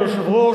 אדוני היושב-ראש,